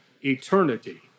eternity